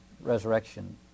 resurrection